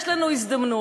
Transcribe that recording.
יש לנו הזדמנות.